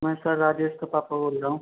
मैं सर राजेश का पापा बोल रहा हूँ